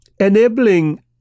Enabling